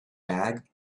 bag